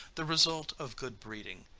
the result of good breeding,